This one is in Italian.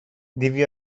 devi